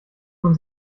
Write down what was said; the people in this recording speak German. man